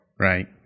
Right